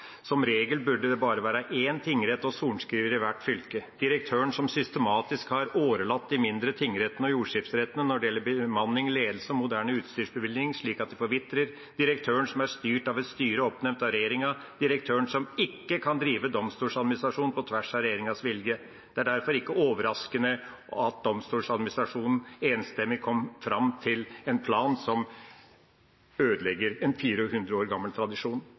som regel burde være bare én tingrett og sorenskriver i hvert fylke, direktøren som systematisk har årelatt de mindre tingrettene og jordskifterettene når det gjelder bemanning, ledelse og moderne utstyrsbevilgning, slik at de forvitrer, direktøren som er styrt av et styre oppnevnt av regjeringa, direktøren som ikke kan drive Domstoladministrasjonen på tvers av regjeringas vilje. Det er derfor ikke overraskende at Domstoladministrasjonen enstemmig kom fram til en plan som ødelegger en 400 år gammel tradisjon.